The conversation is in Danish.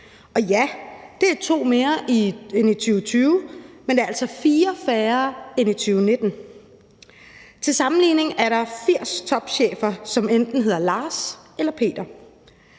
Og ja, det er to flere end i 2020, men det er altså fire færre end i 2019. Til sammenligning er der 80 topchefer, som enten hedder Lars eller Peter.